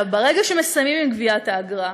ברגע שמסיימים עם גביית האגרה,